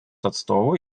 atstovų